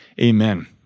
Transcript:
Amen